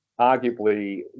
arguably